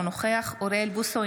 אינו נוכח אוריאל בוסו,